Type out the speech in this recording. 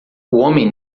homem